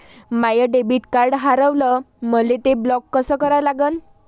माय debit card हारवलं, मले ते ब्लॉक कस करा लागन?